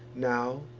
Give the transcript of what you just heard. now,